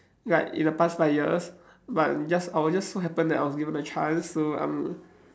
like in the past five years but just I was just so happened I was given a chance to um